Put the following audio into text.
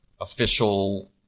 official